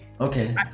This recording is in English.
Okay